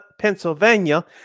Pennsylvania